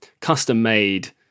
custom-made